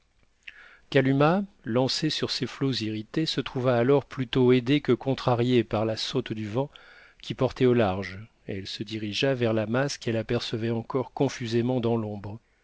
kalumah lancée sur ces flots irrités se trouva alors plutôt aidée que contrariée par la saute du vent qui portait au large elle se dirigea vers la masse qu'elle apercevait encore confusément dans l'ombre